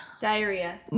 diarrhea